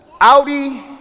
Audi